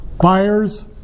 buyers